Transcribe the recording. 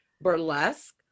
burlesque